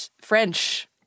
French